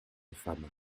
femmes